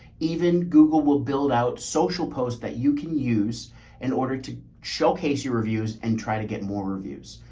even google will build out social posts that you can use in order to showcase your reviews and try to get more reviews.